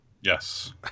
Yes